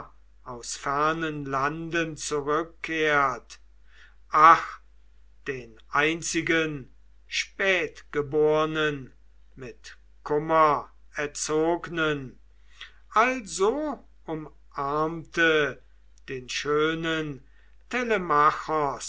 aus fernen landen zurückkehrt ach den einzigen spätgebornen mit kummer erzognen also umarmte den schönen